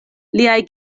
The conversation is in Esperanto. liaj